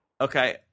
Okay